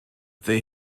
they